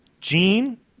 Gene